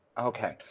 Okay